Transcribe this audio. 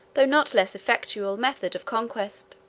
though not less effectual, method of conquest.